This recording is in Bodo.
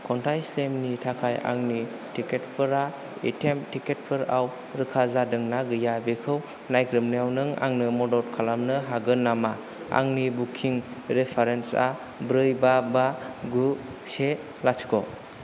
खन्थाइ स्लिमनि थाखाय आंनि टिकेटफोरा एटिएम टिकेटफोराव रोखा जादों ना गैया बेखौ नायग्रोबनायाव नों आंनो मदद खालामनो हागोन नामा आंनि बुकिं रेफारेन्स आ ब्रै बा बा गु से लाथिख'